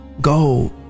Go